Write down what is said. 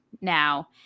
now